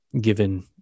given